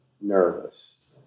nervous